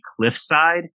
cliffside